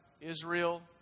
Israel